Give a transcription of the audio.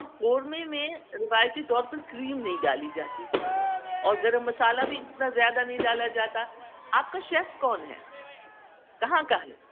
اور قورمے میں روایتی طور پر کریم نہیں ڈالی جاتی اور گرم مسالہ بھی اتنا زیادہ نہیں ڈالا جاتا آپ کا شیف کون ہے کہاں کا ہے